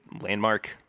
landmark